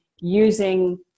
using